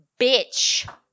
bitch